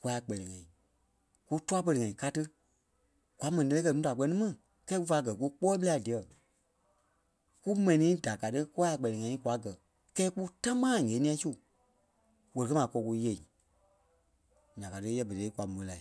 kúa a kpɛlɛɛ ŋai. Kú tûa-pere-ŋai ka tí kwa m̀ɛnii lɛ́lɛɛ kɛ núu da kpɛ́ni mi kɛɛ kúfa gɛ kukpɔɔi ɓelai díyɛɛ. Kumɛni da ka tí kûa a kpɛlɛɛ ŋai kwa gɛ̀ kɛɛ ku támaa ŋ̀éniɛi su wɛli-kɛ́-maa kɔɔ kú nyêei ya ka tí yɛɛ berei kwa môi la.